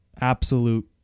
absolute